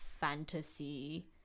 fantasy